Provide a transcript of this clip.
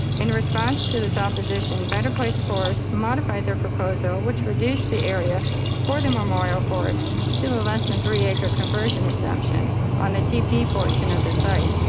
in response to this opposition, better place forests modified their proposal, which reduced the area for the memorial forest to the less than three acre conversion exemption on the tp portion of the site.